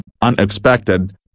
unexpected